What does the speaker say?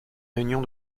réunion